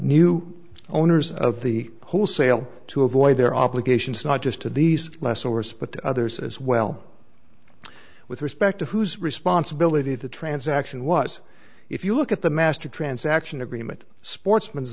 new owners of the wholesale to avoid their obligations not just to these less onerous but others as well with respect to whose responsibility the transaction was if you look at the master transaction agreement sportsm